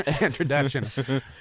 introduction